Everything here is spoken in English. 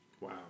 Wow